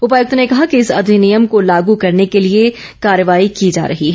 उपायुक्त ने कहा कि इस अधिनियम को लागू करने के लिए कार्यवाही की जा रही है